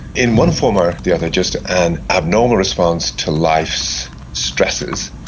in one form or the other, just an abnormal response to life's stresses,